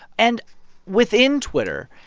and within twitter,